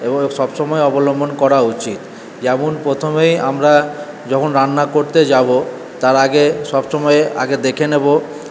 এবং সব সময় অবলম্বন করা উচিত যেমন প্রথমে আমরা যখন রান্না করতে যাবো তার আগে সব সময় আগে দেখে নেবো